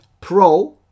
pro